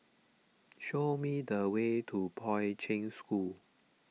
show me the way to Poi Ching School